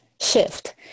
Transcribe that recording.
shift